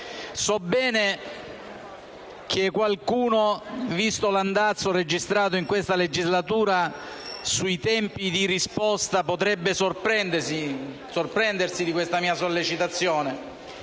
So bene che qualcuno, visto l'andazzo registrato in questa legislatura sui tempi di risposta, potrebbe sorprendersi della mia sollecitazione,